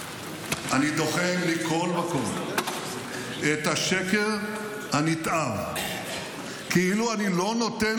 אני דוחה מכול וכול את השקר הנתעב כאילו אני לא נותן